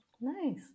Nice